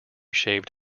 shaved